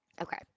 Okay